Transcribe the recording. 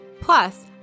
Plus